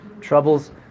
troubles